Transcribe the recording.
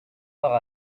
part